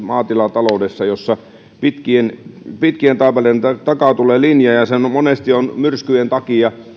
maatilataloudessa jossa pitkien pitkien taipaleiden takaa tulee linja ja kun se monesti on myrskyjen takia